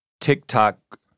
TikTok